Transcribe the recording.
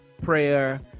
prayer